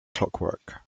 clockwork